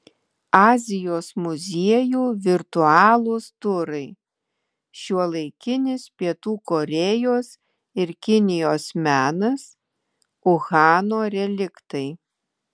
azijos muziejų virtualūs turai šiuolaikinis pietų korėjos ir kinijos menas uhano reliktai